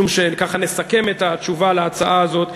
משום שככה נסכם את התשובה על ההצעה הזו.